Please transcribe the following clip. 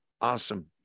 Awesome